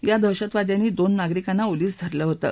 या दहशतवाद्यांनी दोन नागरिकांना ओलीस धरलं होतं